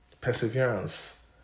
Perseverance